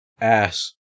ass